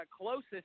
closest